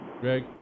Greg